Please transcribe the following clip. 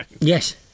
yes